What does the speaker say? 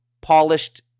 polished